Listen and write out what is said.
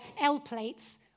L-plates